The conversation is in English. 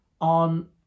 on